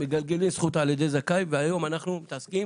"מגלגלין זכות על ידי זכאי" והיום אנחנו מתעסקים